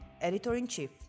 editor-in-chief